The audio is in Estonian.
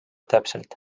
täpselt